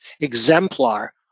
exemplar